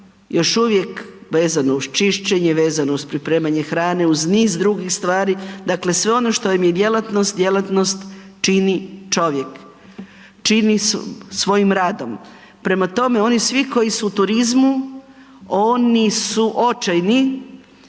Još uvijek, vezano uz čišćenje, vezano uz pripremanje hrane, uz niz drugih stvari, dakle sve ono što im je djelatnost, djelatnost čini čovjek. Čini svojim radom. Prema tome, oni svi koji su u turizmu, oni su očajni.